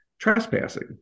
trespassing